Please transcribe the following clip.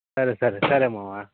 సరే సరే సరే మావా